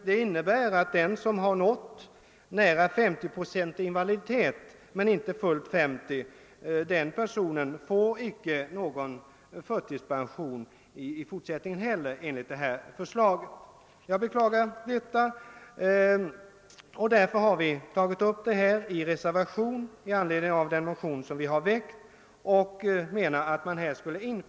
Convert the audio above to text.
Den som nått nära men inte full 50 procent invaliditet får inte heller i fortsättningen enligt detta förslag någon förtidspension. Vi beklagar detta och har därför i en reservation med anledning av vår motion yrkat på en ny invaliditetsgrad.